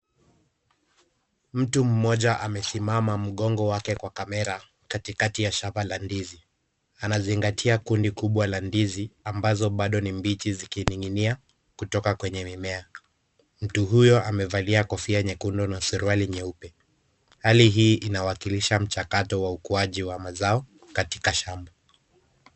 Mtu mmoja amesimama mgongo wake kwa kamera katikati ya shamba la ndizi. Anazingatia kundi kubwa la ndizi ambazo bado ni mbichi zikining'inia kutoka kwenye mimea. Mtu huyo amevalia kofia nyekundu na suruali nyeupe. Hali hii inawakilisha mchakato wa ukuaji wa mazao katika shamba.